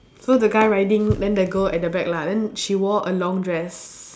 so the guy riding then the girl at the back lah then she wore a long dress